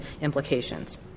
implications